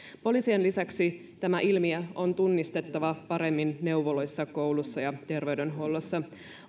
poliisien lisäksi tämä ilmiö on tunnistettava paremmin neuvoloissa kouluissa ja terveydenhuollossa